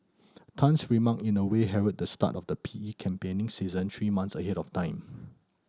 Tan's remark in a way herald the start of the P E campaigning season three months ahead of time